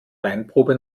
weinprobe